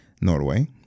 Norway